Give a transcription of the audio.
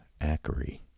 ackery